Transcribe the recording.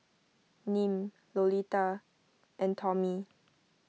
Nim Lolita and Tomie